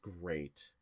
great